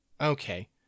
okay